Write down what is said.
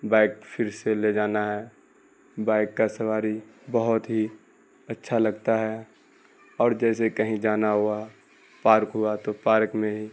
bike پھر سے لے جانا ہے بائک کا سواری بہت ہی اچھا لگتا ہے اور جیسے کہیں جانا ہوا پارک ہوا تو پارک میں ہی